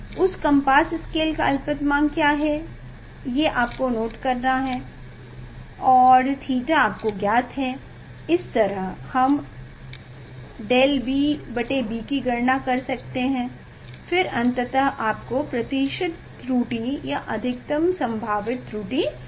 उस compass scale का अलपतमांक क्या है ये आपको नोट करना पड़े और 𝛉 आपको ज्ञात हैं इसतरह हम ΔBB की गणना कर सकते हैं फिर अंततः आपको प्रतिशत त्रुटि या अधिकतम संभावित त्रुटि मिल जाएगी